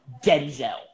Denzel